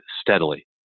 steadily